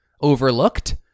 overlooked